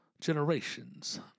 Generations